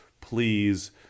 please